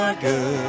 Good